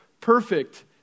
perfect